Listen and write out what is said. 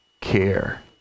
care